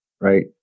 right